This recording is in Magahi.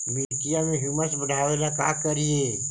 मिट्टियां में ह्यूमस बढ़ाबेला का करिए?